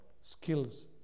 skills